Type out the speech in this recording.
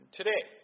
today